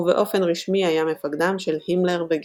ובאופן רשמי היה מפקדם של הימלר וגרינג.